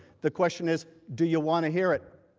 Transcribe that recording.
the question is do you want to hear it?